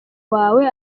wawe